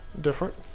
different